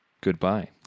Goodbye